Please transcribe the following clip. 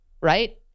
right